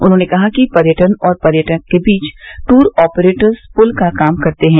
उन्होंने कहा कि पर्यटक और पर्यटन के बीच टूर आपरेटर्स पुल का काम करते हैं